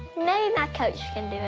maybe my coach